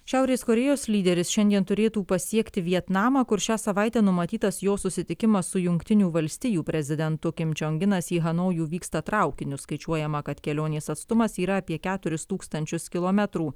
šiaurės korėjos lyderis šiandien turėtų pasiekti vietnamą kur šią savaitę numatytas jo susitikimas su jungtinių valstijų prezidentu kim čiong inas į hanojų vyksta traukiniu skaičiuojama kad kelionės atstumas yra apie keturis tūkstančius kilometrų